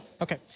Okay